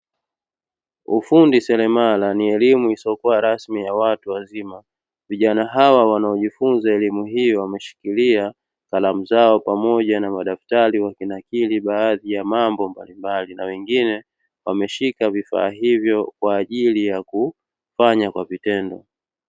Ufundi seremala ni elimu isiyokua rasmi ya watu wazima. Vijana hawa wanaojifunza elimu hiyo wameshikilia kalamu zao pamoja na madaftari wakinakiri baadhi ya mambo mbalimbali na wengine wameshika vifaa hivyo kwaajili ya kufanya kwa vitendo.